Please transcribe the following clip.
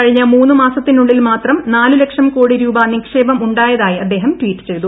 കഴിഞ്ഞ മൂന്നു മാസത്തിനുള്ളിൽ മാത്രം നാലു ലക്ഷം കോടി രൂപ നിക്ഷേപം ഉണ്ടായതായി അദ്ദേഹം ട്വീറ്റ് ചെയ്തു